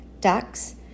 ducks